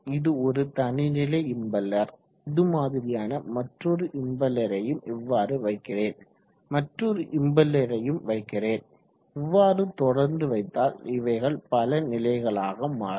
இது ஒரு தனி நிலை இம்பெல்லர் இது மாதிரியான மற்றோரு இம்பெல்லரையும் இவ்வாறு வைக்கிறேன் மற்றோரு இம்பெல்லரையும் வைக்கிறேன் இவ்வாறு தொடர்ந்து வைத்தால் இவைகள் பலநிலைகளாக மாறும்